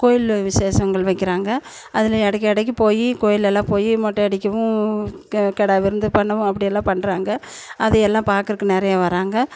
கோயில் விசேஷங்கள் வைக்கிறாங்க அதில் இடைக்கி இடைக்கி போய் கோயில் எல்லாம் போய் மொட்டை அடிக்கவும் கெ கிடா விருந்து பண்ணவும் அப்படியெல்லாம் பண்ணுறாங்க அது எல்லாம் பார்க்கறக்கு நிறைய வராங்க